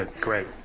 Great